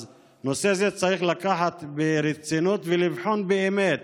אז את הנושא הזה צריך לקחת ברצינות ולבחון באמת